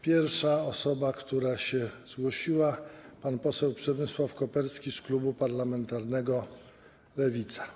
Pierwsza osoba, która się zgłosiła, to pan poseł Przemysław Koperski z klubu parlamentarnego Lewica.